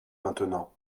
maintenant